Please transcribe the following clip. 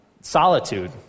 solitude